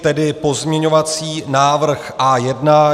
Tedy pozměňovací návrh A1.